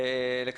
בבקשה.